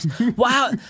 Wow